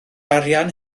arian